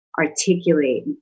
articulate